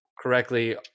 correctly